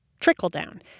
trickle-down